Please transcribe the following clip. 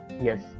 yes